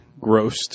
grossed